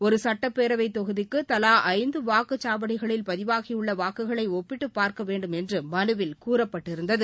ஒரு சுட்டப் பேரவைத் தொகுதிக்கு தலா ஐந்து வாக்குச் சாவடிகளில் பதிவாகியுள்ள வாக்குகளை ஒப்பிட்டு பார்க்க வேண்டும் என்று மனுவில் கூறப்பட்டிருந்தது